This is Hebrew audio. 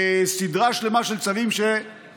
סדרה שלמה של צווים שנעלמים.